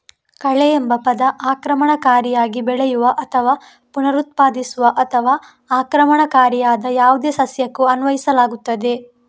ಕಳೆಎಂಬ ಪದ ಆಕ್ರಮಣಕಾರಿಯಾಗಿ ಬೆಳೆಯುವ ಅಥವಾ ಪುನರುತ್ಪಾದಿಸುವ ಅಥವಾ ಆಕ್ರಮಣಕಾರಿಯಾದ ಯಾವುದೇ ಸಸ್ಯಕ್ಕೂ ಅನ್ವಯಿಸಲಾಗುತ್ತದೆ